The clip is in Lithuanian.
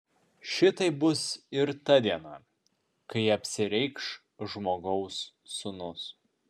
šitaip bus ir tą dieną kai apsireikš žmogaus sūnus